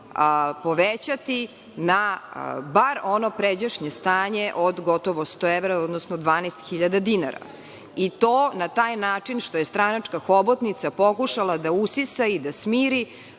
povećati na bar ono pređašnje stane od gotovo 100 evra, odnosno 12.000 dinara i to na taj način što je stranačka hobotnica pokušala da usisa i da smiri